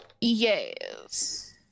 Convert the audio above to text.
Yes